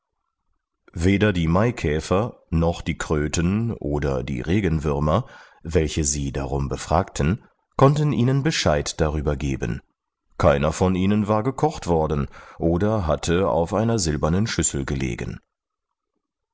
weder die maikäfer noch die kröten oder die regenwürmer welche sie darum befragten konnten ihnen bescheid darüber geben keiner von ihnen war gekocht worden oder hatte auf einer silbernen schüssel gelegen